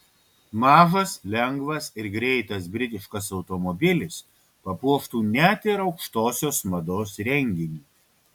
mažas lengvas ir greitas britiškas automobilis papuoštų net ir aukštosios mados renginį